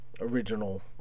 original